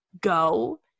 go